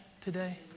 today